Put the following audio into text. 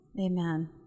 Amen